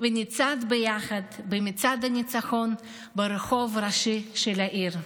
ונצעד ביחד במצעד הניצחון ברחוב הראשי של העיר.